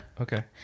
Okay